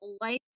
life